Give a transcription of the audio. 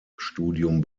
studium